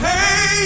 Hey